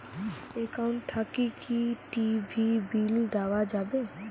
Account থাকি কি TV bill দেওয়া যাবে?